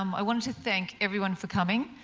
um i wanted to thank everyone for coming,